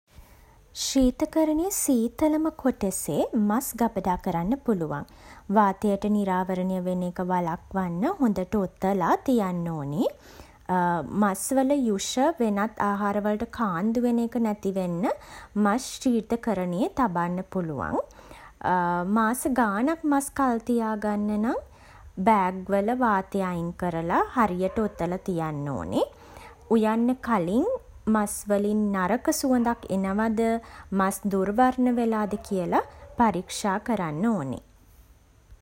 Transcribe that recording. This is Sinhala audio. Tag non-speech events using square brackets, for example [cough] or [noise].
ශීතකරණයේ සීතලම කොටසේ මස් ගබඩා කරන්න පුළුවන්. වාතයට නිරාවරණය වෙන එක වළක්වන්න හොඳට ඔතලා තියන්න ඕනේ. [hesitation] මස් වල යුෂ වෙනත් ආහාර වලට කාන්දු වෙන්නෙ නැති වෙන්න මස් ශීතකරණයේ තබන්න පුළුවන්. මාස ගාණක් මස් කල් තියා ගන්න නම්, බෑග්වල වාතය අයින් කරලා හරියට ඔතලා තියන්න ඕනේ. උයන්න කලින් මස් වලින් නරක සුවඳක් එනවද, මස් දුර්වර්ණ වෙලාද කියලා පරීක්ෂා කරන්න ඕනේ.